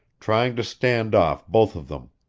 trying to stand off both of them.